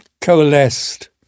coalesced